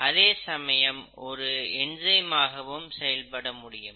அதே சமயம் ஒரு என்சைம் ஆகவும் செயல்படமுடியும்